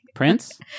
Prince